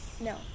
no